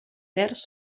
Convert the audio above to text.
terç